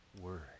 word